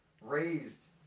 raised